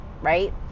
right